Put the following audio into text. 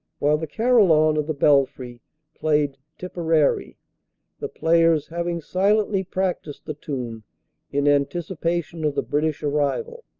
while the carillon of the belfry played tipperary the players having silently practised the tune in anticipation of the british arrival.